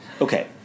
Okay